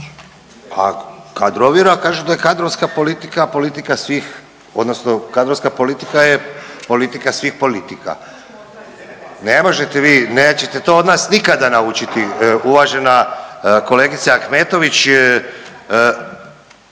svih, odnosno kadrovska politika svih politika. Ne možete vi, nećete to od nas nikada naučiti. Uvažena kolegice Ahmetović